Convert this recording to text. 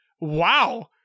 Wow